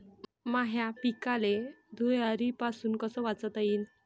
माह्या पिकाले धुयारीपासुन कस वाचवता येईन?